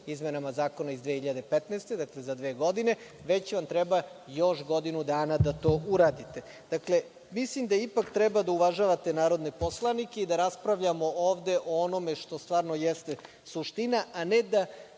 izmenama Zakona iz 2015. godine, dakle za dve godine, već vam treba još godinu dana da to uradite. Dakle, mislim da ipak treba da uvažavate narodne poslanike i da raspravljamo ovde o onome što stvarno jeste suština, a ne da